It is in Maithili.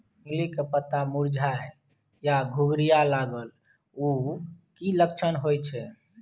झिंगली के पत्ता मुरझाय आ घुघरीया लागल उ कि लक्षण होय छै?